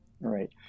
right